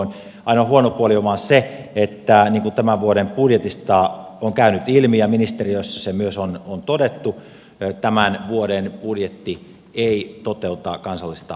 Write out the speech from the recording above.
ainoa huono puoli on vain se että niin kuin tämän vuoden budjetista on käynyt ilmi ja ministeriössä myös on todettu tämän vuoden budjetti ei toteuta kansallista metsäohjelmaa